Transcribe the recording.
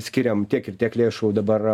skiriam tiek ir tiek lėšų dabar